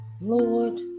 Lord